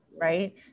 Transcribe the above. Right